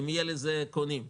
האם יהיו לזה קונים.